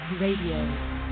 Radio